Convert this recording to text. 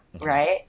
right